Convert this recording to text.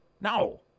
No